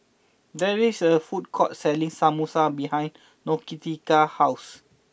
there is a food court selling Samosa behind Nautica's house